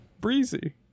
breezy